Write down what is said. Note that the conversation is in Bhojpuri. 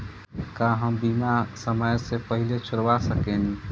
का हम बीमा समय से पहले छोड़वा सकेनी?